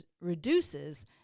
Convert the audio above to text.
reduces